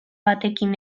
batekin